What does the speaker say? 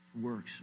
works